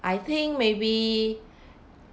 I think maybe